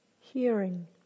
hearing